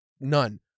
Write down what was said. none